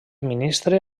ministre